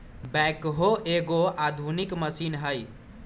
backhoe एगो आधुनिक मशीन हइ